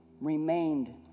remained